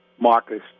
Marcus